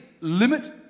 limit